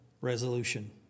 resolution